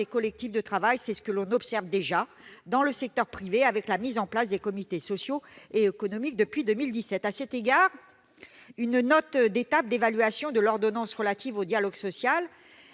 collectifs de travail. C'est ce que l'on observe déjà dans le secteur privé avec la mise en place des comités sociaux et économiques, les CSE, depuis 2017. À cet égard, une note d'étape d'évaluation de l'ordonnance relative au dialogue social,